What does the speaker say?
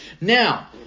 now